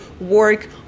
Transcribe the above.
work